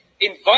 invite